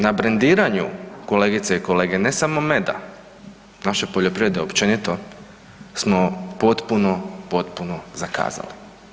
Na brendiranju, kolegice i kolege, ne samo meda, naše poljoprivrede općenito, smo potpuno, potpuno zakazali.